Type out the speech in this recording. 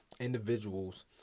individuals